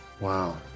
Wow